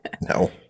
No